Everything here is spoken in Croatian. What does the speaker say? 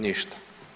Ništa.